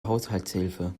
haushaltshilfe